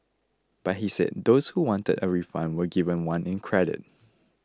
but he said those who wanted a refund were given one in credit